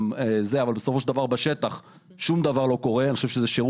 אבל בסופו של דבר שטם דבר לא קורה בשטח.